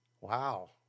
Wow